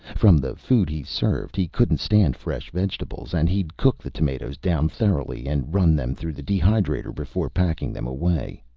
from the food he served, he couldn't stand fresh vegetables and he'd cooked the tomatoes down thoroughly and run them through the dehydrator before packing them away!